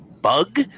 bug